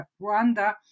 Rwanda